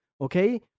okay